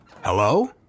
Hello